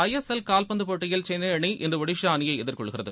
ISL கால்பந்து போட்டியில் சென்னை அணி இன்று ஒடிஷா அணியை எதிர்கொள்கிறது